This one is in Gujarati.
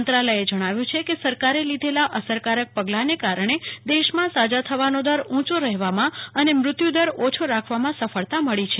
મંત્રાલયે જણાવ્યું કે સરકારે લીધેલા અસરકારક પગલાના કારણે દેશમાં સાજા થવાનો દર ઉંચો રહેવામાં અને મૃત્યુદર ઓછો રાખવામાં સફળતા મળી છે